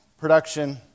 production